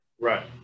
Right